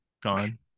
gone